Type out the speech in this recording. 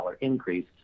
increase